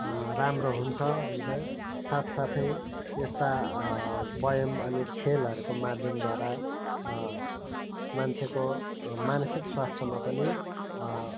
राम्रो हुन्छ हुन्छ साथसाथै यस्ता व्यायाम अनि खेलहरूको माध्यमद्वारा मान्छेको मानसिक स्वास्थ्यमा पनि